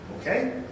Okay